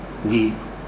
ਜੀ